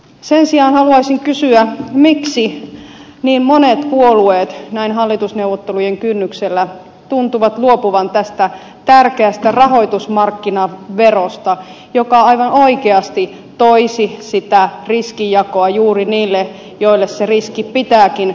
sen sijaan haluaisin kysyä miksi niin monet puolueet näin hallitusneuvottelujen kynnyksellä tuntuvat luopuvan tästä tärkeästä rahoitusmarkkinaverosta joka aivan oikeasti toisi sitä riskinjakoa juuri niille joille sen riskin pitääkin jakaantua